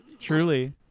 truly